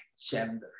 gender